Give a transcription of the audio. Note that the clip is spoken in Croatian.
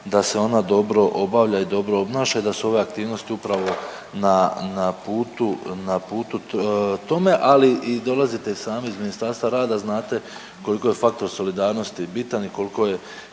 da se ona dobro obavlja i dobro obnaša i da su ove aktivnosti upravo na putu, na putu tome, ali i dolazite i sami iz Ministarstva rada znate koliko je faktor solidarnosti bitan i koliko,